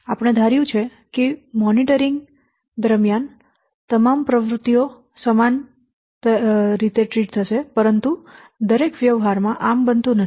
આપણે ધાર્યું છે કે મોનિટરિંગ દરમિયાન તમામ પ્રવૃત્તિઓ સમાન સારવાર પ્રાપ્ત કરશે પરંતુ ખરેખર વ્યવહારમાં આમ બનતું નથી